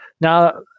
Now